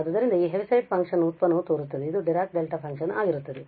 ಆದ್ದರಿಂದ ಈ Heaviside function ನ ವ್ಯುತ್ಪನ್ನವು ತೋರುತ್ತದೆ ಇದು ಡೈರಾಕ್ ಡೆಲ್ಟಾ ಫಂಕ್ಷನ್ ಆಗಿರುತ್ತದೆ